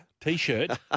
t-shirt